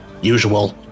Usual